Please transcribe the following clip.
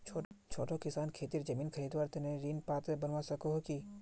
छोटो किसान खेतीर जमीन खरीदवार तने ऋण पात्र बनवा सको हो कि?